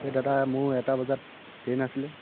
এই দাদা মোৰ এটা বজাত ট্ৰেইন আছিলে